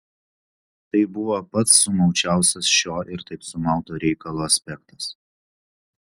tai buvo pats sumaučiausias šio ir taip sumauto reikalo aspektas